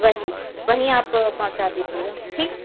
वहीं वहीं आप पहुँचा दीजिएगा ठीक